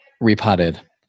repotted